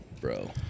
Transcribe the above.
Bro